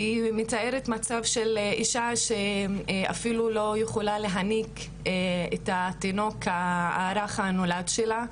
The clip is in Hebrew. מצב של אישה שאפילו לא יכולה להניק את התינוק הרך הנולד שלה,